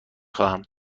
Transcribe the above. خواهم